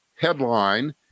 headline